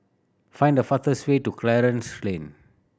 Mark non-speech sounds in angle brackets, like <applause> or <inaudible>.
find the <unintelligible> way to Clarence Lane